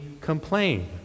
complain